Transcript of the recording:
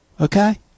okay